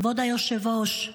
כבוד היושב-ראש,